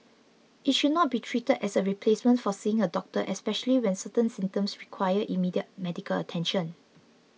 it should not be treated as a replacement for seeing a doctor especially when certain symptoms require immediate medical attention